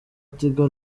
tigo